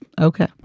Okay